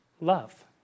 love